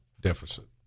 deficit